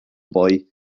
boy